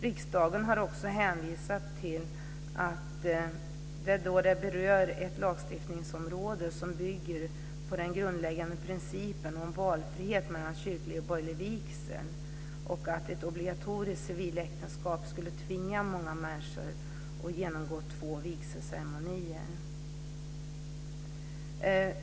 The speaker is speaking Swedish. Riksdagen har också hänvisat till att det berör ett lagstiftningsområde som bygger på den grundläggande principen om valfrihet mellan kyrklig och borgerlig vigsel och att ett obligatoriskt civiläktenskap skulle tvinga många människor att genomgå två vigselceremonier.